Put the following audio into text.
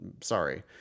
sorry